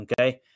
Okay